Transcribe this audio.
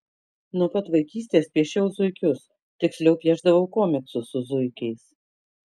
nuo pat vaikystės piešiau zuikius tiksliau piešdavau komiksus su zuikiais